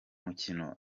mukino